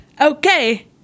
Okay